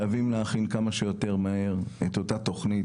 חייבים להכין כמה שיותר מהר את אותה תוכנית,